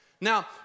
Now